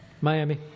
Miami